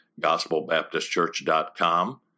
gospelbaptistchurch.com